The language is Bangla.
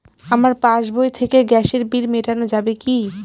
আমার পাসবই থেকে গ্যাসের বিল মেটানো যাবে কি?